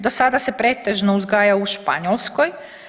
Do sada se pretežno uzgajao u Španjolskoj.